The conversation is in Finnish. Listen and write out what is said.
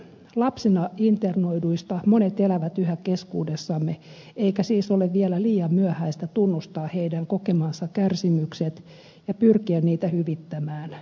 lapsena internoiduista monet elävät yhä keskuudessamme eikä siis ole vielä liian myöhäistä tunnustaa heidän kokemansa kärsimykset ja pyrkiä niitä hyvittämään